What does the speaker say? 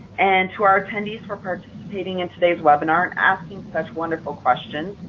and to our attendees, for participating in today's webinar and asking such wonderful questions.